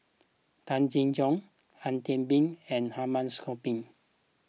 Tay Chin Joo Ang Teck Bee and Hamid Supaat